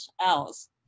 else